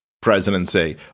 presidency